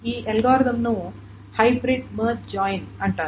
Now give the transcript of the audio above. ఈ అల్గోరిథం ను hybrid merge join అంటారు